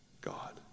God